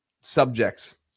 subjects